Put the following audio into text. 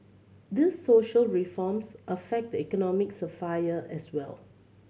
these social reforms affect the economic sphere as well